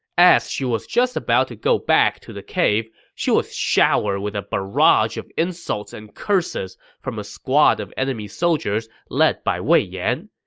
as she was about to go back to the cave, she was showered with a barrage of insults and curses from a squad of enemy soldiers led by wei yan.